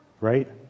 right